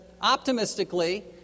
optimistically